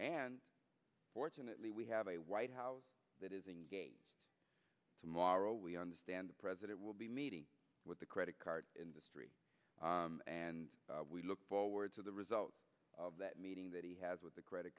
and fortunately we have a white house that is engaged tomorrow we understand the president will be meeting with the credit card industry and we look forward to the result of that meeting that he has with the credit